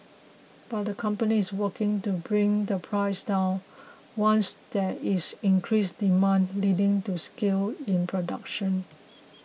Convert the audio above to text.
but the company is working to bring the price down once there is increased demand leading to scale in production